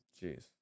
Jeez